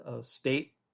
state